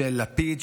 של לפיד,